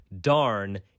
darn